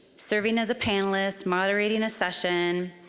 serving as a panelist, moderating a session.